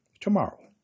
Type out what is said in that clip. tomorrow